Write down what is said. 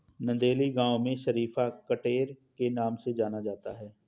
नंदेली गांव में शरीफा कठेर के नाम से जाना जाता है